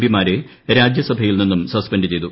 P മാരെ രാജ്യസഭയിൽ നിന്നും സസ്പെൻഡ് ചെയ്തു